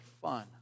fun